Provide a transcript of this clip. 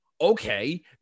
okay